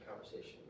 conversation